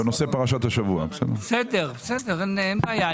אין בעיה.